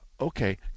Okay